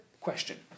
question